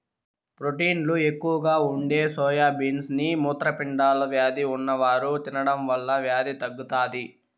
ప్రోటీన్లు ఎక్కువగా ఉండే సోయా బీన్స్ ని మూత్రపిండాల వ్యాధి ఉన్నవారు తినడం వల్ల వ్యాధి తగ్గుతాది